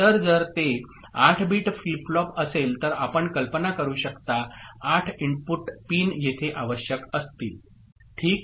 तर जर ते 8 बिट फ्लिप फ्लॉप असेल तर आपण कल्पना करू शकता 8 इनपुट पिन येथे आवश्यक असतील ठीक आहे